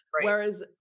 Whereas